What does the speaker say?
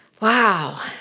Wow